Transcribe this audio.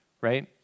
right